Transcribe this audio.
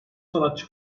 sanatçı